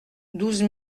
douze